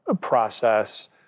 process